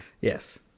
Yes